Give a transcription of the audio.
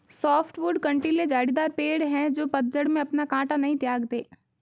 softwood कँटीले झाड़ीदार पेड़ हैं जो पतझड़ में अपना काँटा नहीं त्यागते